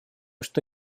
что